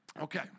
Okay